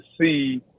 see